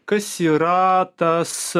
kas yra tas